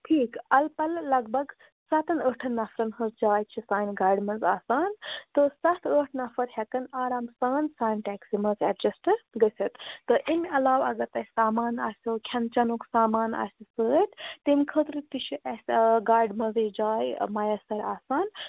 ٹھیٖک اَلہٕ پَلہٕ لگ بگ سَتَن ٲٹھَن نفرن ہٕنٛز چاے چھِ سانہِ گاڑِ منٛز آسان تہٕ سَتھ ٲٹھ نفر ہٮ۪کَن آرام سان سانہِ ٹٮ۪کسی منٛز اٮ۪ڈجَسٹ گٔژھِتھ تہٕ اَمہِ علاوٕ اگر تۄہہِ سامان آسیو کھیٚنہٕ چٮ۪نُک سامان آسہِ سۭتۍ تَمۍ خٲطرٕ تہٕ چھِ اَسہِ گاڑِ منٛزٕے جاے مَیَسَر آسان